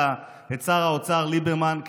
את שר האוצר ליברמן,